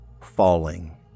falling